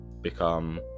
become